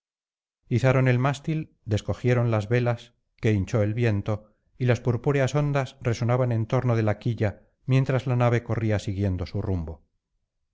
izaron el mástil descogieron las velas que hinchó el viento y las purpúreas ondas resonaban en torno de la quilla mientras la nave corría siguiendo su rumbo